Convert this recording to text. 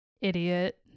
idiot